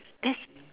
that's